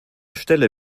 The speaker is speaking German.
stelle